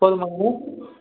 போதுமாங்கம்மா